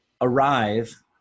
arrive